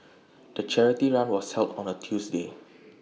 the charity run was held on A Tuesday